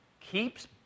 keeps